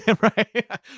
Right